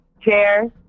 Chair